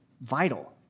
vital